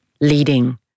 leading